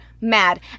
mad